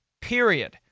period